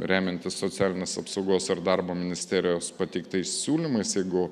remiantis socialinės apsaugos ir darbo ministerijos pateiktais siūlymais jeigu